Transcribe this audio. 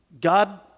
God